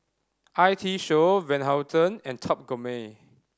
I T Show Van Houten and Top Gourmet